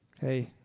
Hey